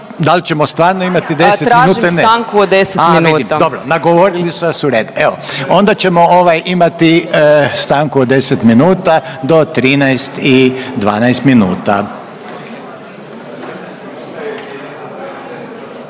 ili ne? …/Upadica Peović: Tražim stanku od 10 minuta/… Dobro, nagovorili su nas, u redu, evo onda ćemo ovaj imati stanku od 10 minuta do 13 i 12 minuta.